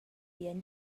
bien